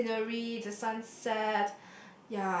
the scenery the sunset